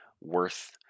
worth